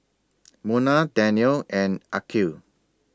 Munah Daniel and Aqil